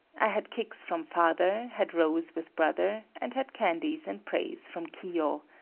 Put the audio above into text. i had kicks from father, had rows with brother, and had candies and praise from kiyo.